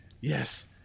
Yes